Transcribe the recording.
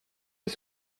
les